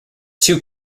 two